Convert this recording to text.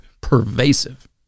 pervasive